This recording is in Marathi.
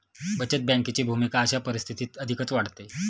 बचत बँकेची भूमिका अशा परिस्थितीत अधिकच वाढते